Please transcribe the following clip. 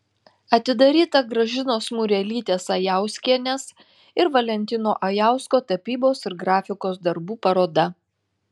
atidaryta gražinos murelytės ajauskienės ir valentino ajausko tapybos ir grafikos darbų paroda